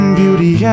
beauty